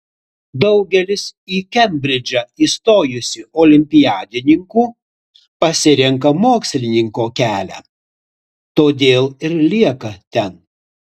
daugelis į kembridžą įstojusių olimpiadininkų pasirenka mokslininko kelią todėl ir lieka ten